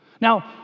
Now